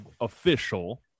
official